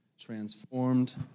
Transformed